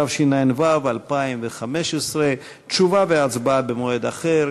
התשע"ו 2015. תשובה והצבעה במועד אחר.